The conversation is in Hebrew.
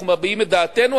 אנחנו מביעים את דעתנו,